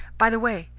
by the way,